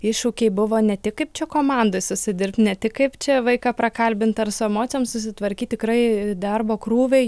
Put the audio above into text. iššūkiai buvo ne tik kaip čia komandai susidirbt ne tik kaip čia vaiką prakalbint ar su emocijom susitvarkyt tikrai darbo krūviai